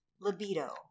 libido